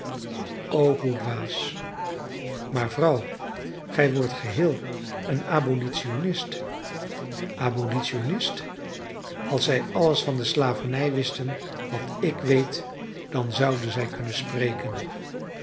o hoe dwaas maar vrouw gij wordt geheel een abolitionist abolitionist als zij alles van de slavernij wisten wat ik weet dan zouden zij kunnen spreken